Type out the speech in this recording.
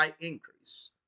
increase